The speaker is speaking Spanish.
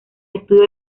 estudio